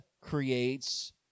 creates